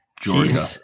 Georgia